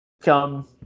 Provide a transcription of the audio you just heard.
come